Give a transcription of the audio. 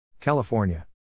California